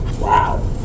Wow